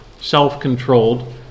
self-controlled